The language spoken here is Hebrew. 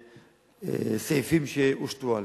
מהסעיפים שהושתו עליהן.